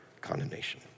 condemnation